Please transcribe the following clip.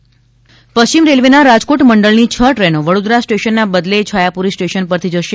railway પશ્ચિમ રેલવેના રાજકોટ મંડળની છ ટ્રેનો વડોદરા સ્ટેશનના બદલે છાયાપુરી સ્ટેશન પરથી જશે